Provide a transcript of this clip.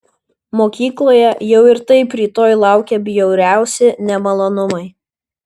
mokykloje jau ir taip rytoj laukė bjauriausi nemalonumai